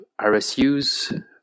RSUs